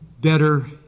better